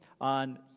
on